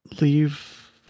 leave